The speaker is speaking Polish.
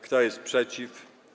Kto jest przeciw?